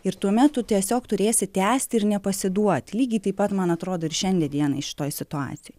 ir tuomet tu tiesiog turėsi tęsti ir nepasiduot lygiai taip pat man atrodo ir šiandie dienai šitoj situacijoj